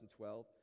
2012